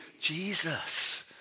Jesus